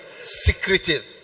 secretive